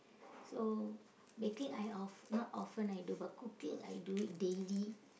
so baking I of not often I do but cooking I do it daily